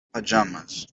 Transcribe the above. pajamas